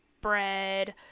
bread